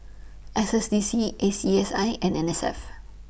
S S D C A C S I and N S F